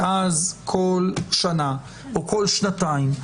ואז בכל שנה או בכל שנתיים,